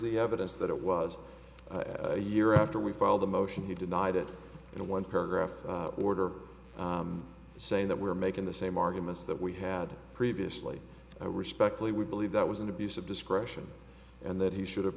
the evidence that it was a year after we filed the motion he denied it in a one paragraph order saying that we're making the same arguments that we had previously respectfully we believe that was an abuse of discretion and that he should have